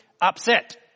upset